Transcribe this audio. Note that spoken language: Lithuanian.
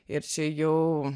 ir čia jau